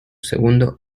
segundo